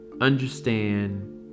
understand